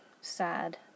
Sad